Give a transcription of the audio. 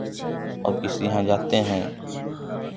और किसी यहाँ जाते हैं